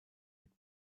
mit